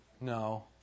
No